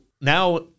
now